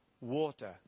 water